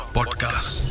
Podcast